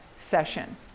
session